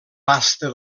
vasta